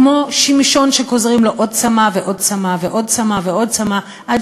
כמו שמשון שגוזרים לו עוד צמה ועוד צמה ועוד צמה ועוד צמה עד